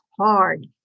hard